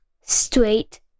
straight